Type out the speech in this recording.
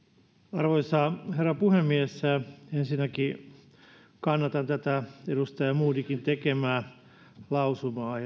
arvoisa herra puhemies ensinnäkin kannatan tätä edustaja modigin tekemää lausumaa